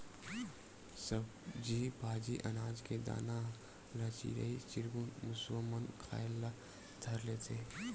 सब्जी भाजी, अनाज के दाना ल चिरई चिरगुन, मुसवा मन खाए ल धर लेथे